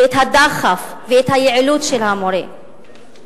את הדחף ואת היעילות של המורה,